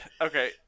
Okay